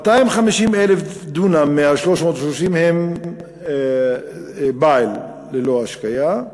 250,000 דונם מה-330,000 הם בעל, ללא השקיה.